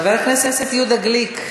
חבר הכנסת יהודה גליק,